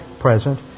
present